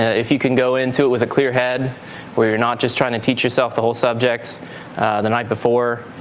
if you can go into it with a clear head where you're not just trying to teach yourself the whole subject the night before,